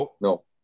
no